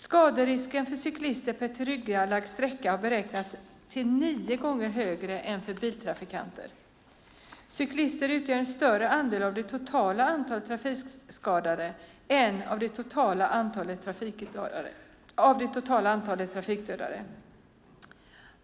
Skaderisken för cyklister per tillryggalagd sträcka har beräknats vara nio gånger högre än för biltrafikanter. Cyklister utgör en större andel av det totala antalet trafikskadade än av det totala antalet trafikdödade.